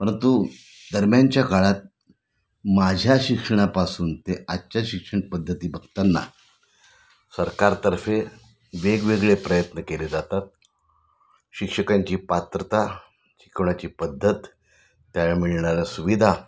परंतु दरम्यांच्या काळात माझ्या शिक्षणापासून ते आजच्या शिक्षण पद्धती बघतांना सरकारतर्फे वेगवेगळे प्रयत्न केले जातात शिक्षकांची पात्रता शिकवण्याची पद्धत त्यांना मिळणाऱा सुविधा